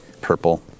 purple